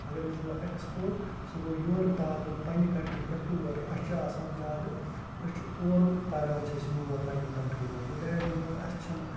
اگر أسۍ وٕچھو اٮ۪کٕسپوٹ سُہ گوٚو یورٕ تارُن پنٛنہِ کَنٹری پٮ۪ٹھ تور اَسہِ چھِ آسان زیادٕ أسۍ چھِ اورُک تَران چھِ أسۍ یور پَنٛنہِ کَنٹری منٛز گوٚو دیٹ میٖنٕز اَسہِ چھِنہٕ